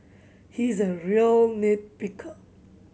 he is a real nit picker